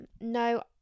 no